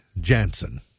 jansen